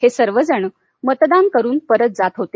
हे सर्वजण मतदान करून परत जात होते